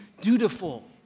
dutiful